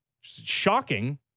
Shocking